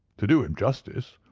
to do him justice,